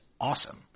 awesome